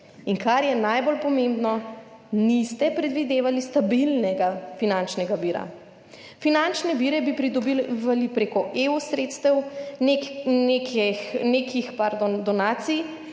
in kar je najbolj pomembno, niste predvidevali stabilnega finančnega vira. Finančne vire bi pridobili preko EU sredstev, ne nekih,